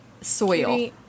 soil